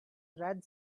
red